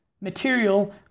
material